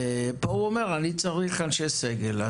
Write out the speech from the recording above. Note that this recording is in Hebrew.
פה הוא אומר: אני צריך אנשי סגל.